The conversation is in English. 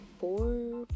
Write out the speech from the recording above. four